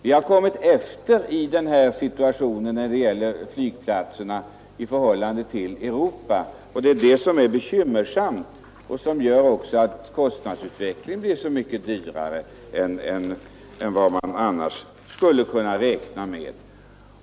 Vi har kommit efter när det gäller flygplatserna i förhållande till det övriga Europa; det är det som är bekymmersamt och det är det som gör att kostnaderna blir så mycket högre än man annars skulle kunna räkna med.